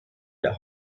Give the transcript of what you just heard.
der